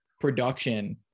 production